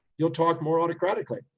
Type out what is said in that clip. you'll talk more autocratically.